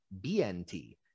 bnt